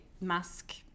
mask